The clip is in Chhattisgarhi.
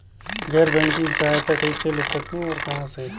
गैर बैंकिंग सहायता कइसे ले सकहुं और कहाँ से?